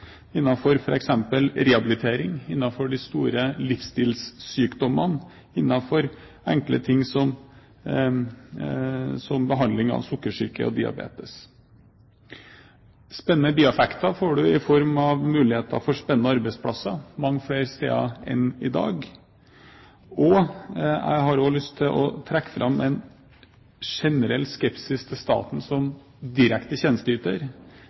rehabilitering, innenfor de store livsstilssykdommene, innenfor enkle ting som behandling av diabetes. Spennende bieffekter får vi i form av muligheter for spennende arbeidsplasser mange flere steder enn i dag. Jeg har også lyst til å trekke fram en generell skepsis til staten som direkte tjenesteyter.